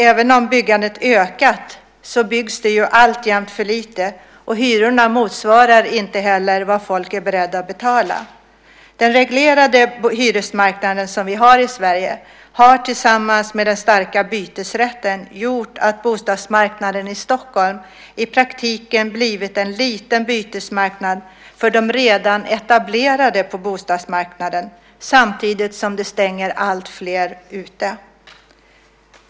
Även om byggandet har ökat byggs det alltjämt för lite. Hyrorna motsvarar heller inte vad folk är beredda att betala. Den reglerade hyresmarknaden i Sverige har, tillsammans med den starka bytesrätten, gjort att bostadsmarknaden i Stockholm i praktiken blivit en liten bytesmarknad för de redan etablerade på bostadsmarknaden, samtidigt som det stänger alltfler ute.